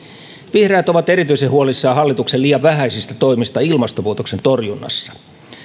vihreät ovat erityisen huolissaan hallituksen liian vähäisistä toimista ilmastonmuutoksen torjunnassa